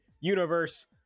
Universe